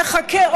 נחכה,